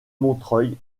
montreuil